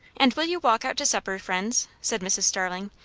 and will you walk out to supper, friends? said mrs. starling.